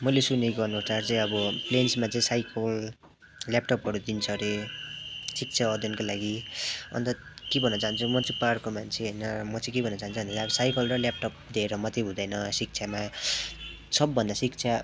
मैले सुनेकोअनुसार चाहिँ अब प्लेन्समा चाहिँ साइकल ल्यापटपहरू दिन्छ अरे शिक्षा अध्ययनको लागि अन्त के भन्न चाहान्छु म चाहिँ पहाडको मान्छे होइन म चाहिँ के भन्न चहान्छु भने साइकल र ल्यापटप दिएर मात्रै हुँदैन शिक्षामा सबभन्दा शिक्षा